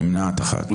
הצבעה לא אושרה.